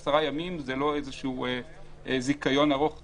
10 ימים זה לא איזה שהוא זיכיון ארוך טווח,